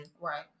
Right